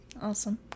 Awesome